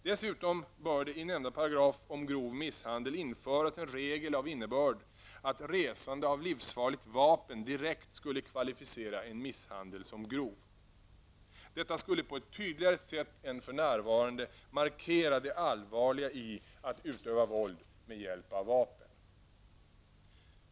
Dessutom bör det i nämnda paragraf om grov misshandel införas en regel av innebörden att resande av livsfarligt vapen direkt skulle kvalificera misshandeln som grov. Detta skulle på ett tydligare sätt än som för närvarande är fallet markera det allvarliga i att utöva våld med hjälp av vapen.